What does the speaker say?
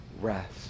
rest